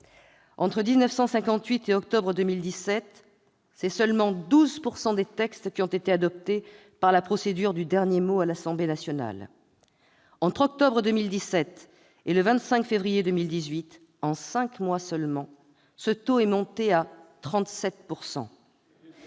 Entre 1958 et octobre 2017, seulement 12 % des textes ont été adoptés par la procédure dite du « dernier mot » à l'Assemblée nationale. Entre octobre 2017 et le 25 février 2018, en cinq mois seulement, ce taux est monté à 37